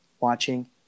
watching